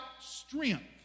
strength